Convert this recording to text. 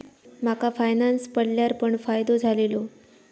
माका फायनांस पडल्यार पण फायदो झालेलो